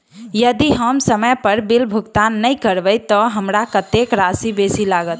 यदि हम समय पर बिल भुगतान नै करबै तऽ हमरा कत्तेक राशि बेसी लागत?